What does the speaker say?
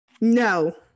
No